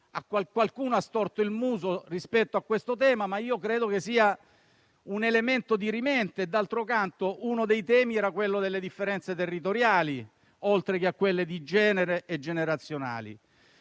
Qualcuno ha storto il naso rispetto a questo tema, ma credo che sia un elemento dirimente. D'altro canto, una delle questioni era quella delle differenze territoriali, oltre che a quelle di genere e generazionali.